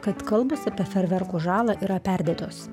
kad kalbos apie ferverkų žalą yra perdėtos